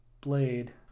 Blade